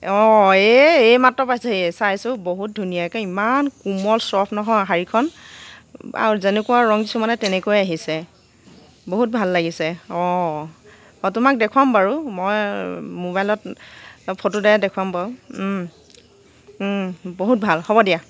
অঁ এই এই মাত্ৰ পাইছেহি চাইছোঁ বহুত ধুনীয়া একে ইমান কোমল ছফ্ত নহয় শাৰীখন আৰু যেনেকুৱা ৰঙ দিছোঁ মানে তেনেকুৱাই আহিছে বহুত ভাল লাগিছে অঁ তোমাক দেখুৱাম বাৰু মই ম'বাইলত ফটো দ্বাৰাই দেখুৱাম বাৰু বহুত ভাল হ'ব দিয়া